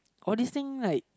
all these thing like